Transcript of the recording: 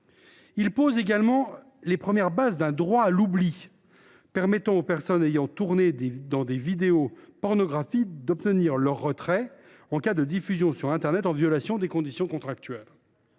de loi pose les premières bases d’un droit à l’oubli, permettant aux personnes ayant tourné dans des vidéos pornographiques d’obtenir le retrait de ces documents en cas de diffusion sur internet en violation des conditions contractuelles.